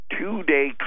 two-day